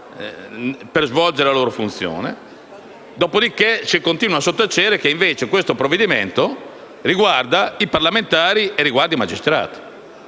per svolgere la loro funzione. Dopodiché si continua a sottacere che invece questo provvedimento riguarda i parlamentari e i magistrati.